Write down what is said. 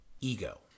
ego